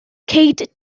ceid